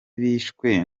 bishwe